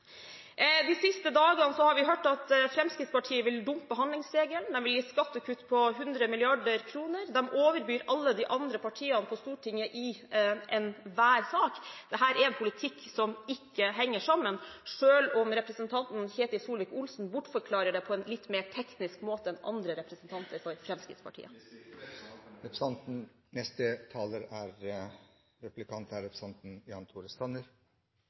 De siste dagene har vi hørt at Fremskrittspartiet vil dumpe handlingsregelen, de vil gi skattekutt på 100 mrd. kr, og de overbyr alle de andre partiene på Stortinget i enhver sak. Dette er en politikk som ikke henger sammen, selv om representanten Ketil Solvik-Olsen bortforklarer det på en litt mer teknisk måte enn andre representanter fra Fremskrittspartiet. Hvis representanten ikke vet svaret, kan hun heller si det. Jeg synes det er